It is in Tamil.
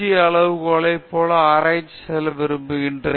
அளவுகளைப் போலவே ஆராய்ச்சிக்கு செல்ல விரும்புகிறேன்